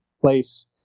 place